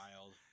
wild